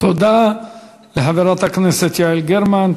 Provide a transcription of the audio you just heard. תודה לחברת הכנסת יעל גרמן.